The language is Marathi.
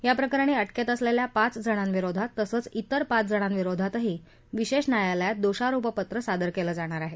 या प्रकरणी अटकेत असलेल्या पाच जणांविरोधात तसंच इतर पाच जणांविरोधातही विशेष न्यायालयात दोषारोपपत्र सादर कलि आहे